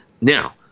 now